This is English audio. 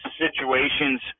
situations